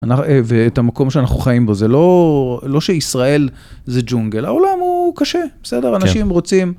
ואת המקום שאנחנו חיים בו, זה לא שישראל זה ג'ונגל, העולם הוא קשה, בסדר? אנשים רוצים...